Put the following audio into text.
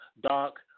Doc